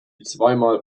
zweimal